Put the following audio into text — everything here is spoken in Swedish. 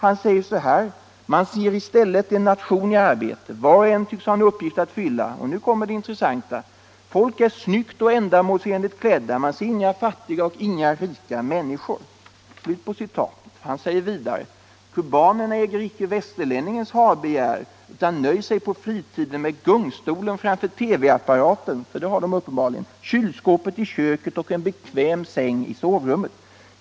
Han säger så här: ”Man ser i stället en nation i arbete, var och en tycks ha en uppgift att fylla,” — och nu kommer det intressanta — ”folk är snyggt och ändamålsenligt klädda, man ser inga fattiga och inga rika människor.” Vidare skriver Edelstam följande: ”Cubanerna äger icke västerlänningens ha-begär och nöjer sig på fritiden med gungstolen framför TV-apparaten,” — sådana har man uppenbarligen — ”kylskåpet i köket och en bekväm säng i sovrummet.